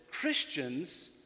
Christians